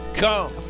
come